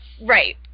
Right